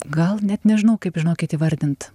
gal net nežinau kaip žinokit vardint